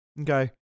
Okay